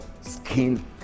skin